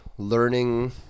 Learning